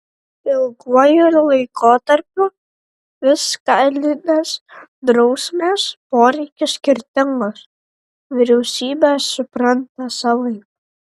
ilguoju laikotarpiu fiskalinės drausmės poreikį skirtingos vyriausybės supranta savaip